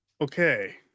okay